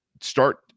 start